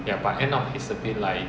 ya but end up it's a bit like